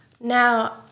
now